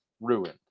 ruined